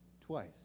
twice